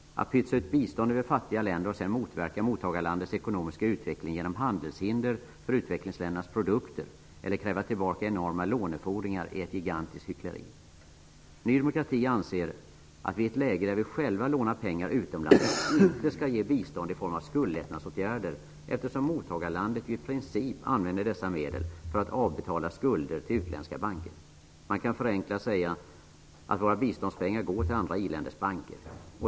Att pytsa ut bistånd över fattiga länder och sedan motverka mottagarlandets ekonomiska utveckling genom handelshinder för utvecklingsländernas produkter eller genom att kräva tillbaka enorma lånefordringar är ett gigantiskt hyckleri. Ny demokrati anser att vi i ett läge där vi själva lånar pengar utomlands inte skall ge bistånd i form av skuldlättnadsåtgärder, eftersom mottagarlandet i princip använder dessa medel för att avbetala skulder till utländska banker. Man kan förenklat uttryckt säga att våra biståndspengar går till andra i-länders banker.